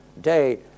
day